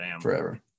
forever